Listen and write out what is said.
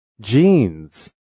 Jeans